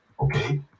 Okay